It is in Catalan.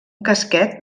casquet